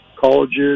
Colleges